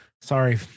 sorry